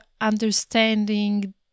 understanding